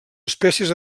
espècies